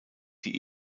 die